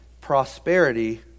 prosperity